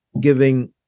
giving